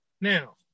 Now